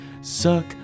suck